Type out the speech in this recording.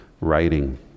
writing